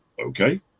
okay